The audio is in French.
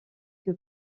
que